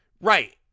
Right